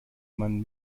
man